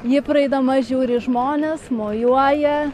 ji praeidama žiūri į žmones mojuoja